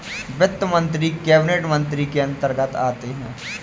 वित्त मंत्री कैबिनेट मंत्री के अंतर्गत आते है